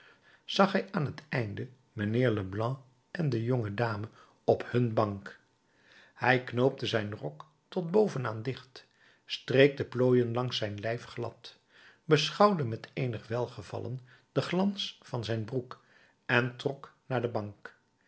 zag hij aan het einde mijnheer leblanc en de jonge dame op hun bank hij knoopte zijn rok tot bovenaan dicht streek de plooien langs zijn lijf glad beschouwde met eenig welgevallen den glans van zijn broek en trok naar de bank